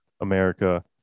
America